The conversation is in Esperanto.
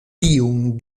tiun